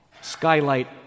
skylight